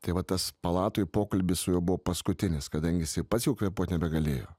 tai va tas palatoj pokalbis su juo buvo paskutinis kadangi jisai pats jau kvėpuot nebegalėjo